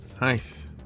Nice